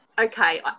okay